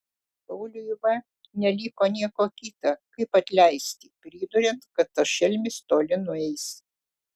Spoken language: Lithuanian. pauliui v neliko nieko kita kaip atleisti priduriant kad tas šelmis toli nueis